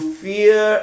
fear